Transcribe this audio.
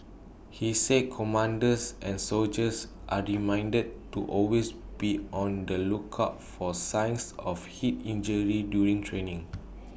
he said commanders and soldiers are reminded to always be on the lookout for signs of heat injury during training